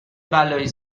بلایی